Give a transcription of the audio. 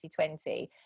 2020